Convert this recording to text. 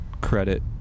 credit